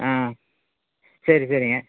ஆ சரி சரிங்க